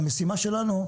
והמשימה שלנו,